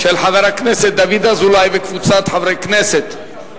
של חבר הכנסת דוד אזולאי וקבוצת חברי הכנסת.